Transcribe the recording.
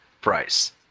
price